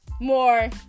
more